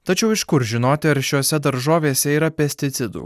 tačiau iš kur žinoti ar šiose daržovėse yra pesticidų